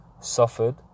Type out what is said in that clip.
suffered